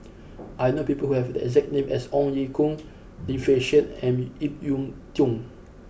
I know people who have the exact name as Ong Ye Kung Lim Fei Shen and Ip Yiu Tung